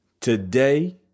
today